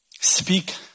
speak